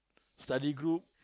study group